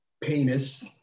penis